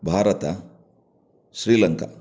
Bharat Sri Lanka